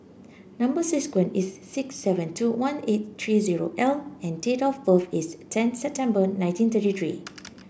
number sequence is S six seven two one eight three zero L and date of birth is ten September nineteen thirty three